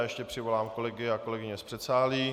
Ještě přivolám kolegy a kolegyně z předsálí.